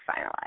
finalized